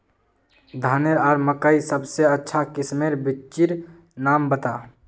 धानेर आर मकई सबसे अच्छा किस्मेर बिच्चिर नाम बता?